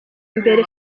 imbere